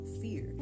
fear